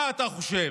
מה אתה חושב,